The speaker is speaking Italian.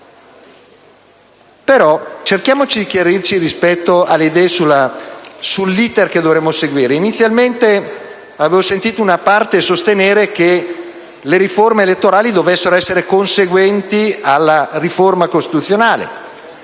Però cerchiamo di chiarirci le idee rispetto all'*iter* che dovremo seguire. Inizialmente avevo sentito una parte sostenere che le riforme elettorali dovessero essere conseguenti alla riforma costituzionale.